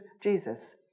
Jesus